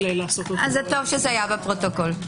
טוב שהיה בפרוטוקול.